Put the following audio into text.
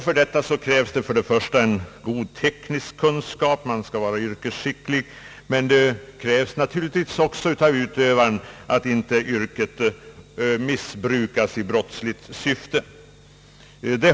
För detta erfordras goda tekniska kunskaper — men det är naturligtvis också angeläget med en garanti att inte yrkeskunnandet användes i brottsligt syfte.